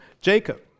Jacob